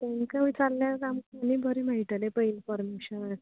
तेमकां विचारल्यार आमकां बरें मेळटलें पळय आमकां इंन्फोरमेशन